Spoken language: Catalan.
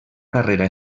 carrera